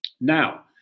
Now